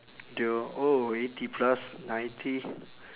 the oh eighty plus ninety